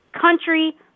Country